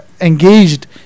engaged